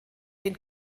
den